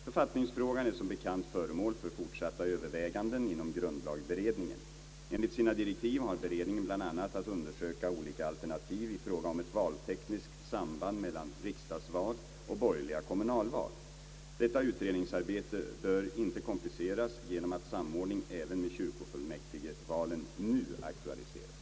Författningsfrågan är som bekant föremål för fortsatta överväganden inom grundlagberedningen, Enligt sina direktiv har beredningen bl.a. att undersöka olika alternativ i fråga om ett valtekniskt samband mellan riksdagsval och borgerliga kommunalval. Detta utredningsarbete bör inte kompliceras genom att samordning även med kyrkofullmäktigvalen nu aktualiseras.